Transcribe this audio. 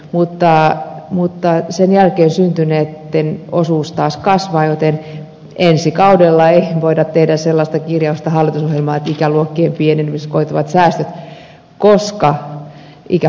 mutta sen jälkeen syntyneitten osuus taas kasvaa joten ensi kaudella ei voida tehdä sellaista kirjausta hallitusohjelmaan että ikäluokkien pienenemisestä koituvat säästöt koska ikäluokat kasvavat